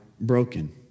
broken